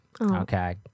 Okay